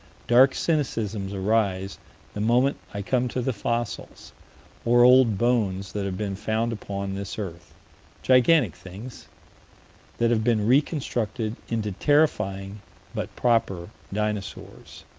dark cynicisms arise the moment i come to the fossils or old bones that have been found upon this earth gigantic things that have been reconstructed into terrifying but proper dinosaurs